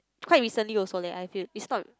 quite recently also leh I feel is not